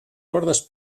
cordes